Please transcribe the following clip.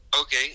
Okay